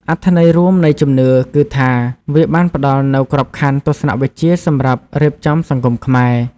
អត្ថន័យរួមនៃជំនឿគឺថា វាបានផ្ដល់នូវក្របខណ្ឌទស្សនវិជ្ជាសម្រាប់រៀបចំសង្គមខ្មែរ។